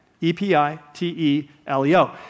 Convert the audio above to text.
E-P-I-T-E-L-E-O